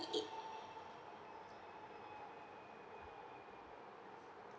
eight